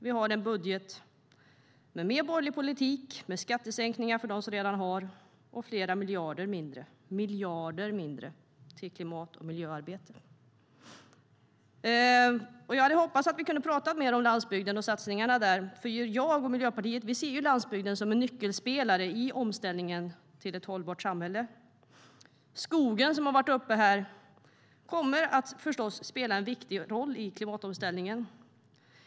Vi har en budget med mer borgerlig politik, med skattesänkningar för dem som redan har och flera miljarder mindre till klimat och miljöarbetet. Skogen, som har varit uppe här, kommer förstås att spela en viktig roll i klimatomställningen.